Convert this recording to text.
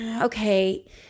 okay